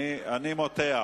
אני מותח.